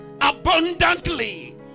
abundantly